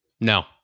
No